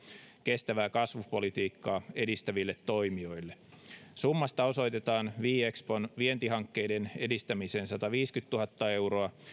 kestävää kasvupolitiikkaa edistäville toimijoille kolmesataatuhatta euroa summasta osoitetaan viexpon vientihankkeiden edistämiseen sataviisikymmentätuhatta euroa